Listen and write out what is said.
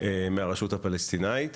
מהרשות הפלסטינית.